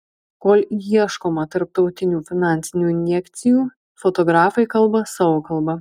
kol ieškoma tarptautinių finansinių injekcijų fotografai kalba savo kalba